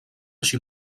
així